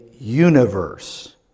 universe